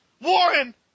Warren